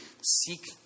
Seek